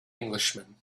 englishman